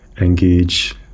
engage